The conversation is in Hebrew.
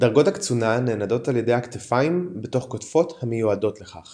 דרגות הקצונה נענדות על הכתפיים בתוך כותפות המיועדות לכך